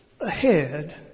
ahead